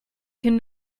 can